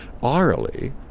orally